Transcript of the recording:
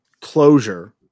closure